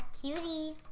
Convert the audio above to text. cutie